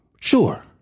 Sure